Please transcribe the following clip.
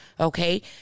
Okay